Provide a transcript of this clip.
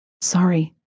Sorry